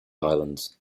islands